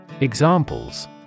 Examples